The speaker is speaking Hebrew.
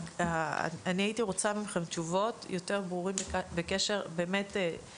אני הייתי רוצה מכם תשובות יותר ברורות בקשר לייעוד